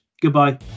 goodbye